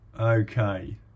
Okay